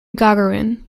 gagarin